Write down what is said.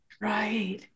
Right